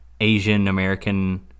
Asian-American